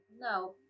No